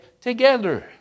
together